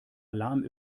alarm